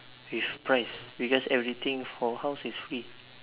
with price because everything for house is free